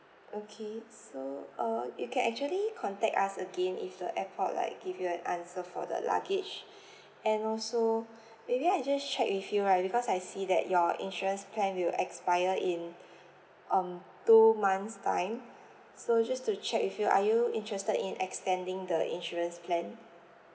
okay so uh you can actually contact us again if the airport like give you an answer for the luggage and also maybe I just check with you right because I see that your insurance plan will expire in um two months time so just to check with you are you interested in extending the insurance plan